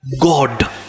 God